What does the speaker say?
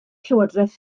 llywodraeth